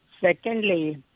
Secondly